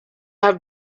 have